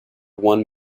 one